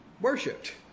worshipped